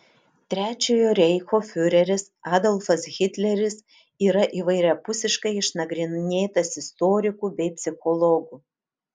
trečiojo reicho fiureris adolfas hitleris yra įvairiapusiškai išnagrinėtas istorikų bei psichologų